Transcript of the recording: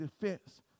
defense